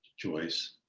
joyce?